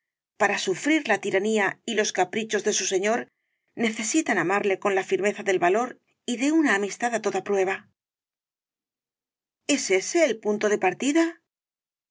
para sufrir la tiranía y los caprichos de su señor necesitan amarle con la firmeza del valor y de una amistad á toda prueba es ese el punto de partida